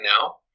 now